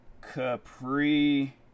capri